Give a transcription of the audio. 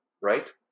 right